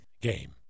game